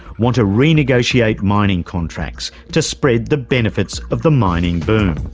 want to renegotiate mining contracts to spread the benefits of the mining boom.